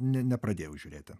ne nepradėjau žiūrėti